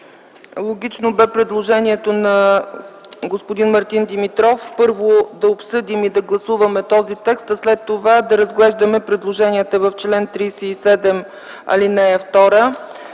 логично бе предложението на господин Мартин Димитров - първо да обсъдим и гласуваме този текст, а след това да разглеждаме предложенията по чл. 37, ал. 2.